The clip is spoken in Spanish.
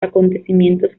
acontecimientos